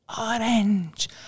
Orange